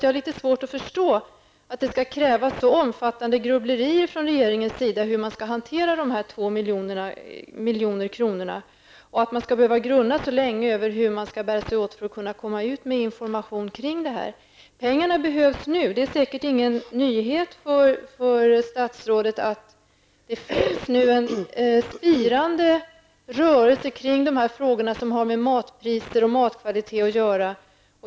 Jag har litet svårt att förstå att det skall krävas så omfattande grubblerier av regeringen om hur man skall hantera dessa 2 milj.kr. och att man skall behöva grunna så länge över hur man skall bära sig åt för att komma ut med information kring detta. Pengarna behövs nu. Det är säkert ingen nyhet för statsrådet att det finns en spirande rörelse kring de frågor som har med matpriser och matkvalitet att göra.